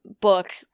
book